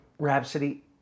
Rhapsody